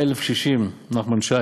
סיפור אמיתי.